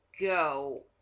go